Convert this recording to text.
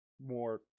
more